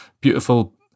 beautiful